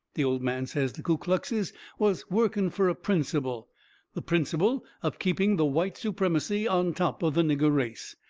the old man says the ku kluxes was working fur a principle the principle of keeping the white supremacy on top of the nigger race.